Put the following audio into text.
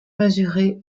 mesurer